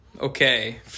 Okay